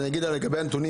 אני אגיד איזה נתונים.